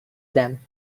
them